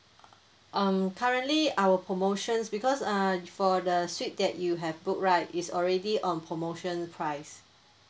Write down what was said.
um currently our promotions because uh the for the suite that you have booked right is already on promotion price